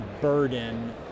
burden